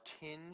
tinged